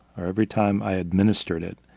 or every time i administered it,